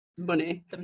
money